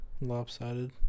lopsided